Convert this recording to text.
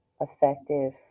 effective